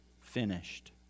finished